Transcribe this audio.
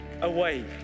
away